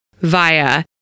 via